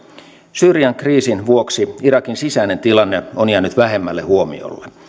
syyrian kriisin vuoksi irakin sisäinen tilanne on jäänyt vähemmälle huomiolle